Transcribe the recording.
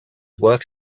work